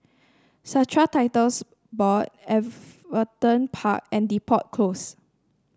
Strata Titles Board Everton Park and Depot Close